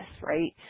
right